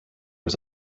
was